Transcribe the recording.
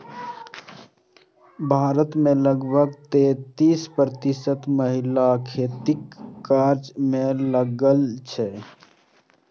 भारत मे लगभग तैंतीस प्रतिशत महिला खेतीक काज मे लागल छै